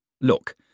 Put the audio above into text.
Look